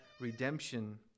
redemption